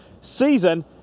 season